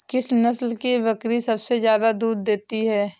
किस नस्ल की बकरी सबसे ज्यादा दूध देती है?